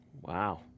Wow